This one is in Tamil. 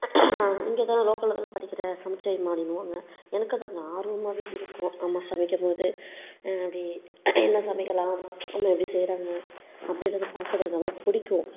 இங்கே தானே லோக்கல்ல தானே படிக்கிற சமைச்சு வைம்மா அப்படினுவாங்க எனக்கு அது ஒரு ஆர்வமாகவே இருக்கும் நம்ம சமைக்கும் போது அப்படி என்ன சமைக்கலாம் அம்மா எப்படி செய்கிறாங்க அப்படின்றது பார்க்குறது ரொம்ப பிடிக்கும்